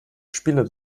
spiele